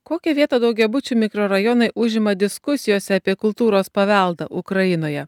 kokią vietą daugiabučių mikrorajonai užima diskusijose apie kultūros paveldą ukrainoje